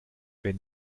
wenn